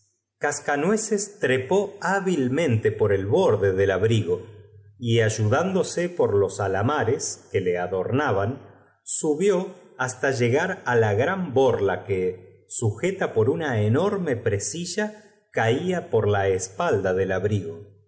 j scanueces trepó hábilmentc por el borda dol abrigo y ayudándose con los alamares que le adornaban subió hast llegar á la g ran boda que sujeta por una enorme ptesilla cala po r la espalda del abdgo